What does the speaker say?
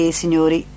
signori